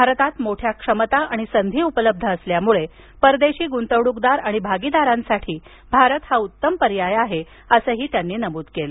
भारतात मोठ्या क्षमता आणि संधी उपलब्ध असल्यामुळे परदेशी गुंतवणूकदार आणि भागीदारांसाठी भारत हा उत्तम पर्याय आहे असंही त्यांनी नमूद केलं